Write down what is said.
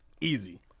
Easy